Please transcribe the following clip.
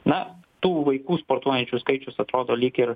na tų vaikų sportuojančių skaičius atrodo lyg ir